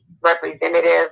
representative